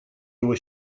его